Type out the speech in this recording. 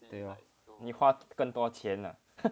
yeah 你花更多钱 lah